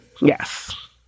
Yes